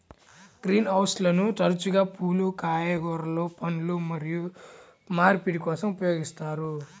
green హౌస్లను తరచుగా పువ్వులు, కూరగాయలు, పండ్లు మరియు మార్పిడి కోసం ఉపయోగిస్తారు